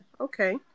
Okay